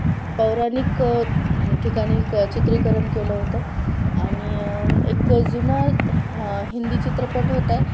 पौराणिक ठिकाणी चित्रीकरण केलं होतं आणि एक जुना हिंदी चित्रपट होता